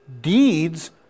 Deeds